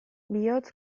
bihotz